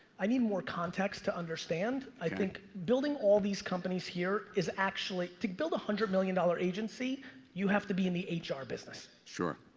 i need more context to understand. i think building all these companies here is actually. to build a one hundred million dollars agency you have to be in the hr business. sure.